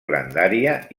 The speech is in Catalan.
grandària